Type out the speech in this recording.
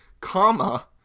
Comma